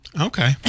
Okay